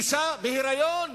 אשה בהיריון?